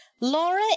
Laura